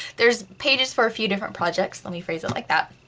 there's pages for a few different projects, let me phrase it like that.